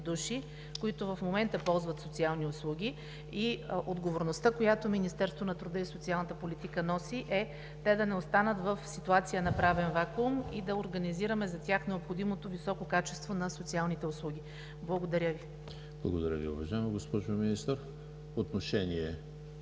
души, които в момента ползват социални услуги, и отговорността, която Министерството на труда и социалната политика носи, е те да не останат в ситуация на правен вакуум и да организираме за тях необходимото високо качество на социалните услуги. Благодаря Ви. ПРЕДСЕДАТЕЛ ЕМИЛ ХРИСТОВ: Благодаря Ви, уважаема госпожо Министър. Отношение